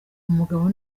umugabo